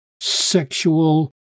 sexual